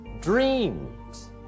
Dreams